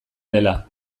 dela